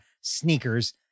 sneakers